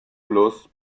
plus